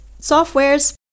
softwares